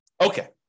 Okay